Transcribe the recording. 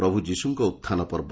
ପ୍ରଭୁ ଯୀଶୁଙ୍କ ଉତ୍ଥାନ ପର୍ବ